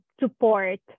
support